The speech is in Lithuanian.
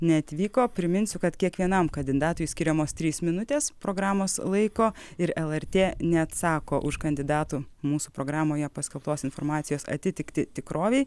neatvyko priminsiu kad kiekvienam kandidatui skiriamos trys minutės programos laiko ir lrt neatsako už kandidatų mūsų programoje paskelbtos informacijos atitiktį tikrovei